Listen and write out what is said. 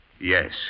Yes